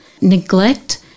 neglect